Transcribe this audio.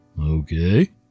Okay